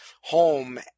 home